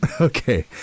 Okay